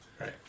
Right